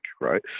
right